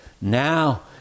Now